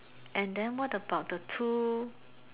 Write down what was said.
and then what about the two